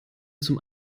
zum